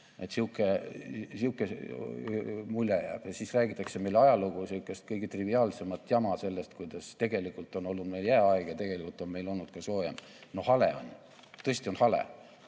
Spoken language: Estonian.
Sihuke mulje jääb. Ja siis räägitakse meile ajalugu, sihukest kõige triviaalsemat jama sellest, kuidas tegelikult on olnud meil jääaeg ja tegelikult on meil olnud ka soojem. No hale on, tõesti on hale!